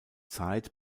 zeit